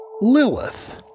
Lilith